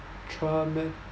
traumat~